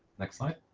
next slide.